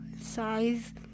size